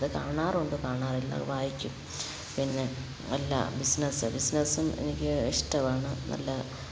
ഇതു കാണാറുണ്ട് കാണാറില്ലത് വായിക്കും പിന്നെ നല്ല ബിസിനസ്സ് ബിസിനസ്സും എനിക്കിഷ്ടമാണ് നല്ല